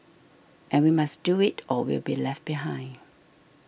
and we must do it or we'll be left behind